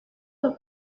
los